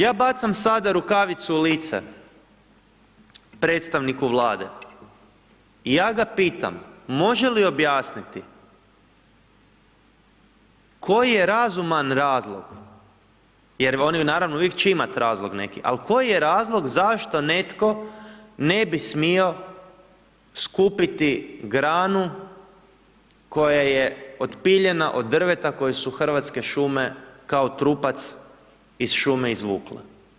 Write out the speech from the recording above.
Ja bacam sada rukavicu u lice predstavniku Vlade i ja ga pitam može li objasniti koji je razuman razlog, jer oni naravno uvijek će imati razlog neki, ali koji je razlog zašto netko ne bi smio skupiti granu koja je otpiljena od drveta koje su Hrvatske šume kao trupac iz šume izvukli?